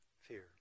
fear